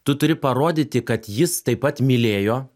tu turi parodyti kad jis taip pat mylėjo